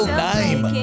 name